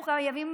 אנחנו חייבים